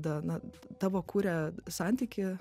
tada na tavo kuria santykį